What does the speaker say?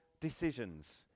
decisions